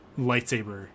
lightsaber